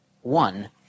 One